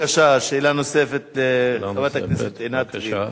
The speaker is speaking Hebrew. בבקשה, שאלה נוספת לחברת הכנסת עינת וילף.